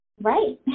right